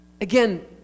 again